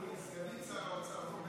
לפרוטוקול שהיא סגנית שר האוצר,